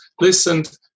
listened